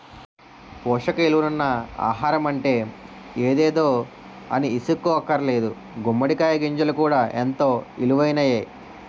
పోసక ఇలువలున్న ఆహారమంటే ఎదేదో అనీసుకోక్కర్లేదు గుమ్మడి కాయ గింజలు కూడా ఎంతో ఇలువైనయే